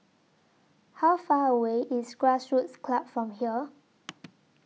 How Far away IS Grassroots Club from here